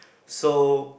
so